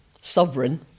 sovereign